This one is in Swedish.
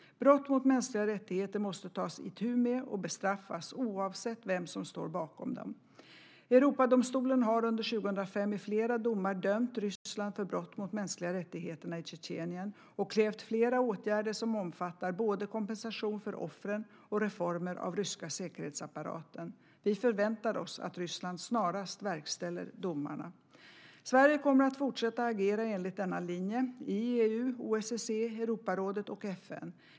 Brott mot mänskliga rättigheter måste tas itu med och bestraffas, oavsett vem som står bakom dem. Europadomstolen har under 2005 i flera domar dömt Ryssland för brott mot mänskliga rättigheter i Tjetjenien och krävt flera åtgärder som omfattar både kompensation för offren och reformer av ryska säkerhetsapparaten. Vi förväntar oss att Ryssland snarast verkställer domarna. Sverige kommer att fortsätta att agera enligt denna linje i EU, OSSE, Europarådet och FN.